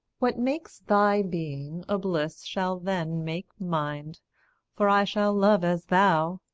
what makes thy being a bliss shall then make mind for i shall love as thou,